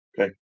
Okay